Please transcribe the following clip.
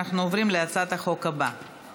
אנחנו עוברים להצעת החוק הבאה,